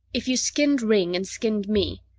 if you skinned ringg, and skinned me,